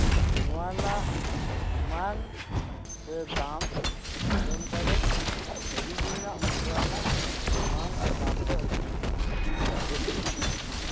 ᱱᱚᱣᱟ ᱨᱮᱱᱟᱜ ᱢᱟᱱ ᱥᱮ ᱫᱟᱢ ᱟᱸᱡᱚᱢ ᱟᱠᱟᱫᱟᱹᱧ ᱟᱹᱰᱤ ᱫᱤᱱᱟᱜ ᱢᱩᱫᱽᱨᱟ ᱨᱮᱱᱟᱜ ᱢᱟᱱ ᱟᱨ ᱫᱟᱢ ᱫᱚ ᱟᱹᱰᱤ ᱡᱟᱹᱥᱛᱤ ᱜᱮᱭᱟ